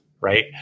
right